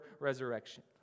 resurrection